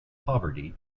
poverty